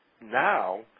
now